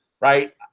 Right